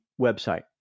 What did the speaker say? website